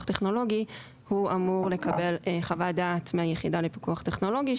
טכנולוגי הוא אמור לקבל חוות דעת מהיחידה לפיקוח טכנולוגי,